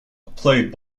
played